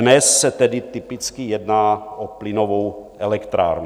Dnes se tedy typicky jedná o plynovou elektrárnu.